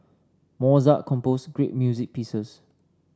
Mozart composed great music pieces